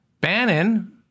Bannon